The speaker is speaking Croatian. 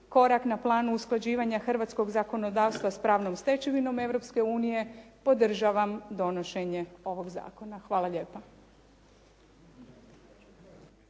korak na planu usklađivanja hrvatskog zakonodavstva s pravnom stečevinom Europske unije podržavam donošenje ovog zakona. Hvala lijepa.